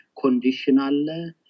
conditional